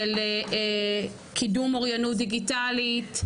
של קידום אוריינות דיגיטלית,